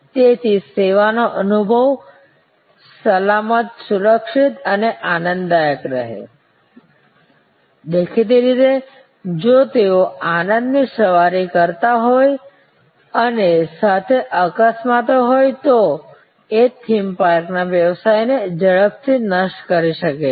તેથી સેવાનો અનુભવ સલામત સુરક્ષિત અને આનંદદાયક છે દેખીતી રીતે જો તેઓ આનંદની સવારી કરતા હોય અને સાથે અકસ્માતો હોય તો એ થીમ પાર્કના વ્યવસાયને ઝડપથી નષ્ટ કરી શકે છે